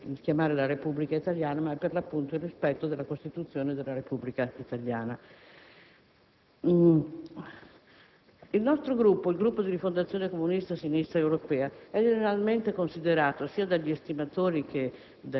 per definire la Repubblica italiana ma, per l'appunto, il rispetto della Costituzione della Repubblica italiana. Il Gruppo di Rifondazione Comunista-Sinistra Europea è generalmente considerato, sia dagli estimatori che